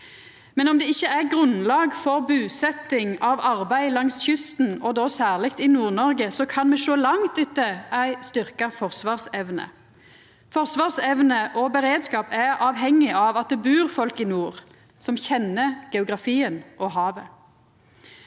Om det ikkje er grunnlag for busetjing av arbeid langs kysten, og då særleg i Nord-Noreg, kan me sjå langt etter ei styrkt forsvarsevne. Forsvarsevne og beredskap er avhengig av at det bur folk i nord som kjenner geografien og havet.